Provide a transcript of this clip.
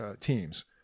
teams